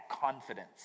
confidence